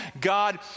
God